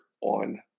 on